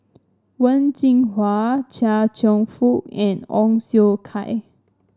Wen Jinhua Chia Cheong Fook and Ong Siong Kai